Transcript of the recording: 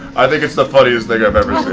i think it's the funniest thing i've ever